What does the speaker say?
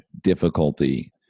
difficulty